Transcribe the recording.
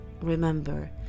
remember